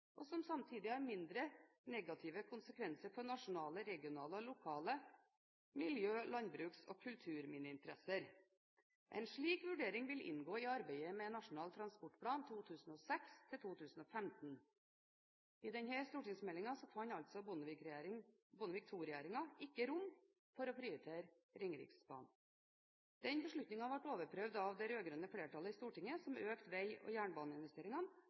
og som samtidig har mindre negative konsekvenser for nasjonale, regionale og lokale miljø-, landbruks- og kulturminneinteresser. En slik vurdering vil inngå i arbeidet med Nasjonal transportplan 2006–15.» I denne stortingsmeldingen fant altså Bondevik II-regjeringen ikke rom for å prioritere Ringeriksbanen. Den beslutningen ble overprøvd av det rød-grønne flertallet i Stortinget, som økte vei- og jernbaneinvesteringene,